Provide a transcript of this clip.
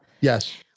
Yes